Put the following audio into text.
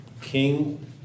king